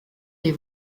des